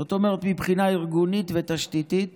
זאת אומרת, מבחינה ארגונית ותשתיתית